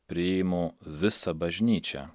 priimu visą bažnyčią